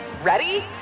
Ready